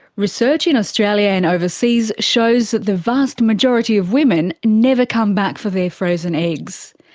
research in australia and overseas shows that the vast majority of women never come back for their frozen eggs.